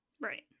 Right